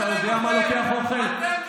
אני לא רוצה לקחת אוכל מאף אחד,